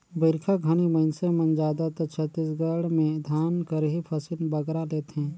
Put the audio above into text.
बरिखा घनी मइनसे मन जादातर छत्तीसगढ़ में धान कर ही फसिल बगरा लेथें